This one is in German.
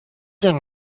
denn